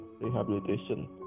rehabilitation